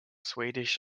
swedish